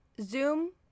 Zoom